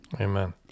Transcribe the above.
Amen